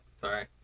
sorry